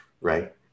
right